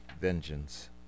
vengeance